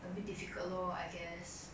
a bit difficult lor I guess